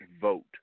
vote